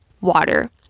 water